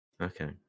Okay